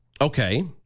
Okay